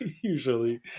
usually